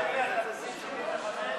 ההסתייגויות לסעיף 73, מפעלי מים,